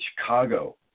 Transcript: Chicago